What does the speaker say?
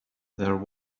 there